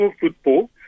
football